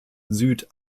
süd